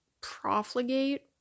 profligate